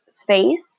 space